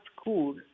school